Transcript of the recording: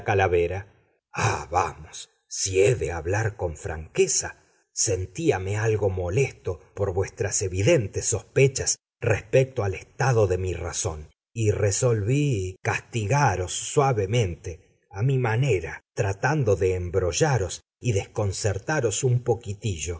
calavera ah vamos si he de hablar con franqueza sentíame algo molesto por vuestras evidentes sospechas respecto al estado de mi razón y resolví castigaros suavemente a mi manera tratando de embrollaros y desconcertaros un poquillo por